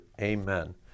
amen